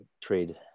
trade